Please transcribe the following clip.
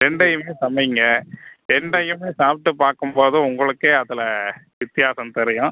ரெண்டையுமே சமையுங்க ரெண்டையுமே சாப்பிட்டு பார்க்கும் போது உங்களுக்கே அதில் வித்தியாசம் தெரியும்